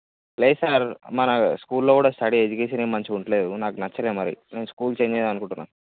లేదు సార్ మన స్కూల్లో కూడా స్టడీ ఎడ్యుకేషన్ ఏమి మంచిగా ఉండట్లేదు నాకు నచ్చలేదు మరి నేను స్కూల్ చేంజ్ చేద్దాం అనుకుంటున్నాను